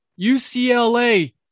UCLA